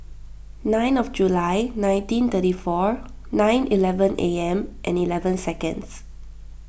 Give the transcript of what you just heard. nine of July nineteen thirty four nine eleven A M and eleven seconds